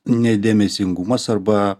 nedėmesingumas arba